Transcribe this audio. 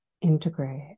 integrate